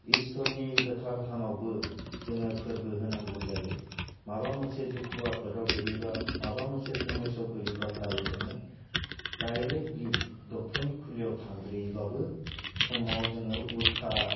इसोरनि गोथार थानाव जोङो फोरबो होनांगौ जायो माबा मोनसे दुखु आफोदाव गोग्लैब्ला माबा मोनसे समयसायाव गोग्लैब्ला थारै जोङो डाइरेक्टलि ड'क्टरनि खुलियाव थांग्रोयोब्लाबो समाव जोङो उलथा